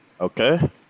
Okay